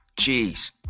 Jeez